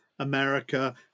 America